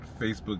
Facebook